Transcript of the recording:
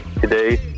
today